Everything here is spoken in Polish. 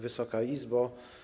Wysoka Izbo!